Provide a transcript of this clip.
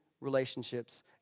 relationships